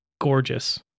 gorgeous